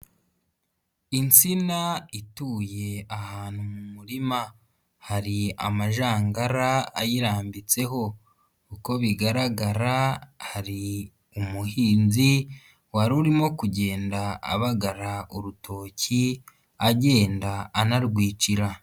Insina ituye ahantu mu murima, hari amajangara ayirambitseho, uko bigaragara hari umuhinzi wa urimo kugenda abagara urutoki agenda arwicira.